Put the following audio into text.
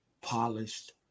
polished